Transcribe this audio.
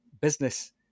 business